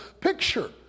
picture